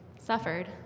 suffered